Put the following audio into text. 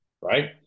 right